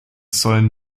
sollen